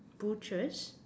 butchers